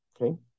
okay